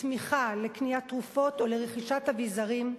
התמיכה לקניית תרופות או לרכישת אביזרים,